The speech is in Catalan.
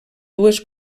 dues